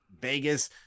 Vegas